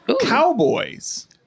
Cowboys